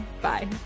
Bye